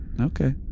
Okay